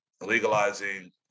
legalizing